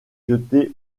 jeté